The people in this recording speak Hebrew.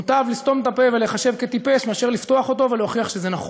מוטב לסתום את הפה ולהיחשב טיפש מאשר לפתוח אותו ולהוכיח שזה נכון.